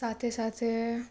સાથે સાથે